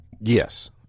Yes